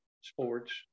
sports